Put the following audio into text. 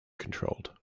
controlled